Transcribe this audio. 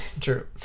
True